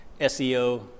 SEO